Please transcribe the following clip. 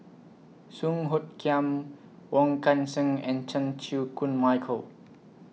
Song Hoot Kiam Wong Kan Seng and Chan Chew Koon Michael